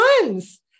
ones